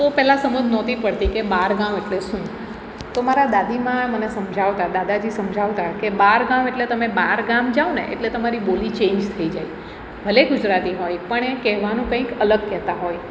તો પહેલાં સમજ નહોતી પડતી કે બાર ગાંવ એટલે શું તો મારા દાદીમા મને સમજાવતા દાદાજી સમજાવતા કે બાર ગાંવ એટલે તમે બહાર ગામ જાવ ને એટલે તમારી બોલી ચેંજ થઈ જાય ભલે ગુજરાતી હોય પણ એ કહેવાનું કંઈક કહેતા હોય